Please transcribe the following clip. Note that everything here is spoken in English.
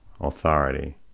authority